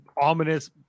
ominous